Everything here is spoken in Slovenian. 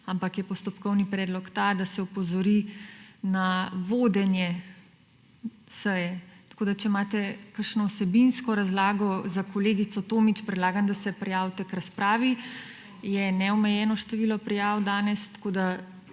ampak je postopkovni predlog ta, da se opozori na vodenje seje. Tako če imate kakšno vsebinsko razlago za kolegico Tomić, predlagam, da se prijavite k razpravi, je neomejeno število prijav danes, tako da